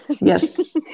yes